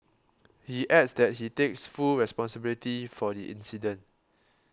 he adds that he takes full responsibility for the incident